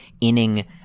inning